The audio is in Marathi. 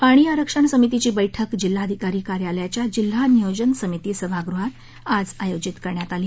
पाणी आरक्षण समितीची बैठक जिल्हाधिकारी कार्यालयाच्या जिल्हा नियोजन समिती सभागृहात आज आयोजित करण्यात आली